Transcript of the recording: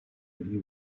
you